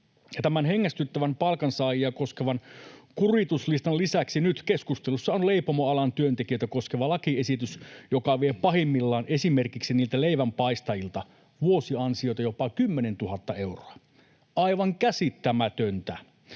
Tämän hengästyttävän, palkansaajia koskevan kurituslistan lisäksi nyt keskustelussa on leipomoalan työntekijöitä koskeva lakiesitys, joka vie pahimmillaan esimerkiksi leivänpaistajilta vuosiansioita jopa 10 000 euroa — aivan käsittämätöntä.